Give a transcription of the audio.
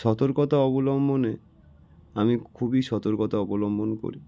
সতর্কতা অবলম্বনে আমি খুবই সতর্কতা অবলম্বন করি